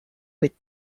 with